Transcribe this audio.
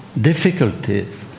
difficulties